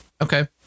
Okay